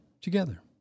Together